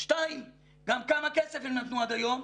שניים, גם כמה כסף הם נתנו עד היום?